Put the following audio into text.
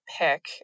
pick